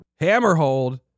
Hammerhold